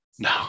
No